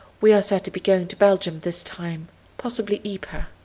we are said to be going to belgium this time possibly ypres.